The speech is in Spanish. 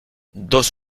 dos